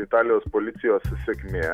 italijos policijos sėkmė